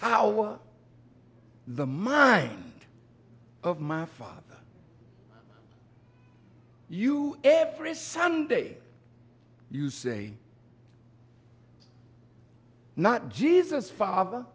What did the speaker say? power of the mind of my father you every sunday you say not jesus father